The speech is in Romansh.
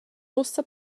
ussa